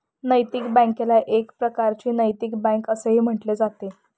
नैतिक बँकेला एक प्रकारची नैतिक बँक असेही म्हटले जाते